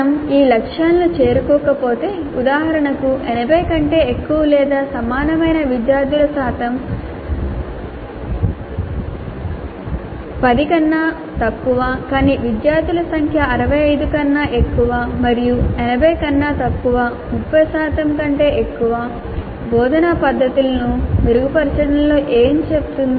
మేము ఈ లక్ష్యాలను చేరుకోలేకపోతే ఉదాహరణకు 80 కంటే ఎక్కువ లేదా సమానమైన విద్యార్థుల శాతం 10 కన్నా తక్కువ కానీ విద్యార్థుల సంఖ్య 65 కన్నా ఎక్కువ మరియు 80 కన్నా తక్కువ 30 శాతం కంటే ఎక్కువ బోధనా పద్ధతులను మెరుగుపరచడంలో ఏమి చెప్తుంది